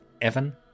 Evan